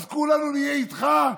אז כולנו נהיה איתך?